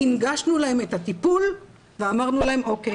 הנגשנו להם את הטיפול ואמרנו להם 'אוקיי.